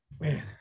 man